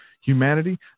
humanity